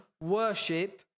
worship